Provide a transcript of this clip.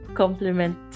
compliment